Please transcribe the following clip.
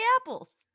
apples